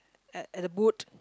at at the boot